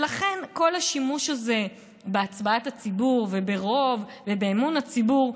ולכן כל השימוש הזה בהצבעת הציבור וברוב ובאמון הציבור,